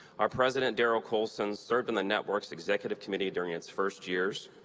our president, darrel colson, served on the network's executive committee during its first years,